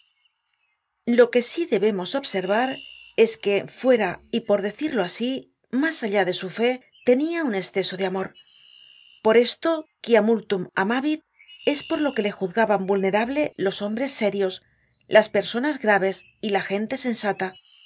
dios loque sí debemos observar es que fuera y por decirlo así mas allá de su fé tenia un esceso de amor por esto quia multnm amavit es por lo que le juzgaban vulnerable los hombres serios las personas graves y la gente sensata